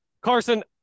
Carson